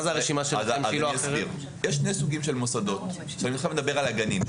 יש שני סוגים של מוסדות ואני עכשיו מדבר על הגנים,